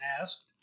asked